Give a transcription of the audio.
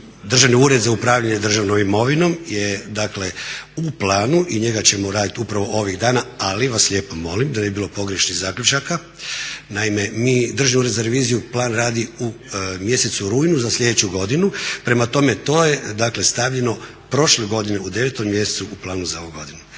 Državni ured za upravljanje državnom imovinom, je dakle u planu i njega ćemo raditi upravo ovih dana. Ali vas lijepo molim da ne bi bilo pogrešnih zaključaka naime Državni ured za reviziju plan radi u mjesecu rujnu za sljedeću godinu. Prema tome, to je dakle stavljeno prošle godine u 9. mjesecu u planu za ovu godinu.